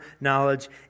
knowledge